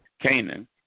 Canaan